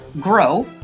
grow